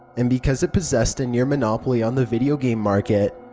and because it possessed a near monopoly on the video game market,